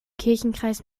kirchenkreis